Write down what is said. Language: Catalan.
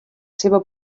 seva